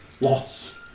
Lots